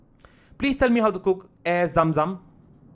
please tell me how to cook Air Zam Zam